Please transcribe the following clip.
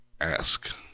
Ask